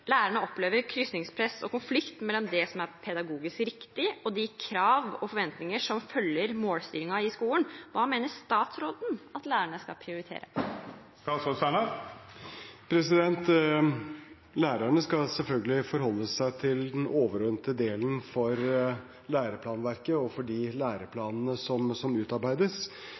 lærerne opplever krysspress og konflikt mellom det som er pedagogisk riktig og de krav og forventninger som følger målstyringen i skolen, hva mener statsråden at lærerne skal prioritere? Lærerne skal selvfølgelig forholde seg til den overordnede delen for læreplanverket og for de læreplanene som utarbeides. Jeg siterte fra den overordnede delen som